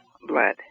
blood